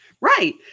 right